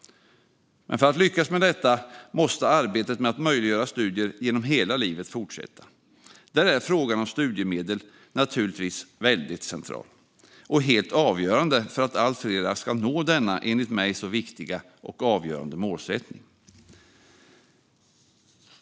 För att lyckas med det måste arbetet med att möjliggöra studier genom hela livet fortsätta. Där är frågan om studiemedel naturligtvis central och helt avgörande för att allt fler ska nå denna enligt mig så viktiga och avgörande målsättning.